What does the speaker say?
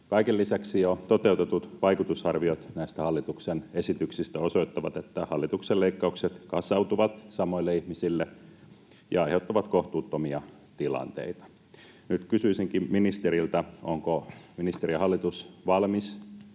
Kaiken lisäksi jo toteutetut vaikutusarviot näistä hallituksen esityksistä osoittavat, että hallituksen leikkaukset kasautuvat samoille ihmisille ja aiheuttavat kohtuuttomia tilanteita. Nyt kysyisinkin ministeriltä: ovatko ministeri ja hallitus valmiita